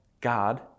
God